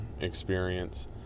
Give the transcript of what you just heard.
experience